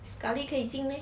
sekali 可以进 leh